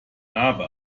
narbe